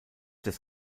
des